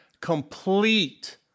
complete